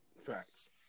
Facts